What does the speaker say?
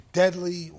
deadly